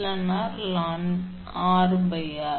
இப்போது சமன்பாடு 7 இலிருந்து அதாவது சி சமம் 𝐶 2𝜋𝜖0𝜖𝑟 𝑅 ln 𝑟